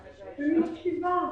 אני מקשיבה.